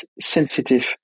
sensitive